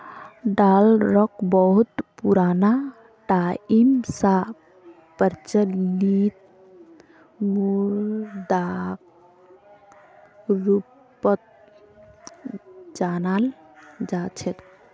डालरक बहुत पुराना टाइम स प्रचलित मुद्राक रूपत जानाल जा छेक